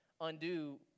undo